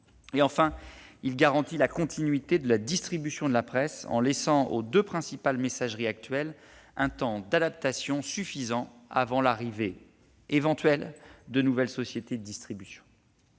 Enfin, il garantit la continuité de la distribution de la presse, en laissant aux deux principales messageries aujourd'hui en service un temps d'adaptation suffisant avant l'arrivée éventuelle de nouvelles sociétés de distribution.